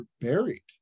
buried